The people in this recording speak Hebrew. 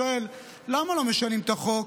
שואל: למה לא משנים את החוק?